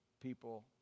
people